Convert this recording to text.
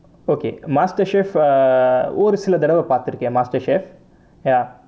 okay MasterChef ah ஒரு சில தடவை பார்த்திருக்கேன்:oru sila thadavai paarthirukkaen MasterChef ya